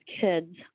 kids